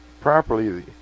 properly